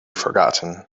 forgotten